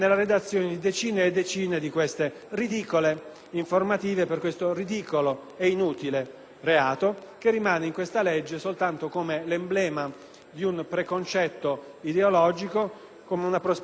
che rimane in questa legge soltanto come emblema di un preconcetto ideologico, con una prospettiva vagamente e forse non troppo vagamente discriminatoria, e di cui francamente non sentivamo il bisogno.